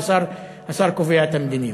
והשר קובע את המדיניות.